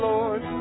Lord